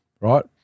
right